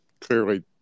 clearly